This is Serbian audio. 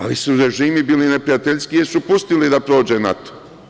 Ali, režimi su bili neprijateljski jer su pustili da prođe NATO.